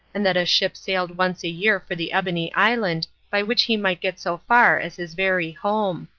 and that a ship sailed once a year for the ebony island by which he might get so far as his very home.